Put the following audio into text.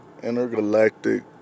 Intergalactic